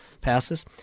passes